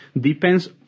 depends